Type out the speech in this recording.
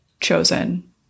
chosen